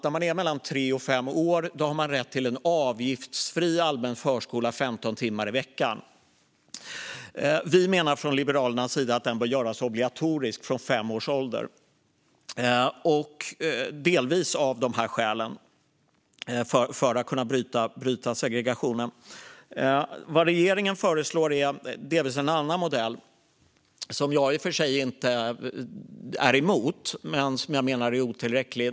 När man är mellan tre och fem år i Sverige har man rätt till en avgiftsfri allmän förskola under 15 timmar i veckan. Vi från Liberalernas sida menar att den bör göras obligatorisk från fem års ålder, delvis av de skäl jag nämnt, för att man ska kunna bryta segregationen. Vad regeringen föreslår är delvis en annan modell. Jag är i och för sig inte emot den, men jag menar att den är otillräcklig.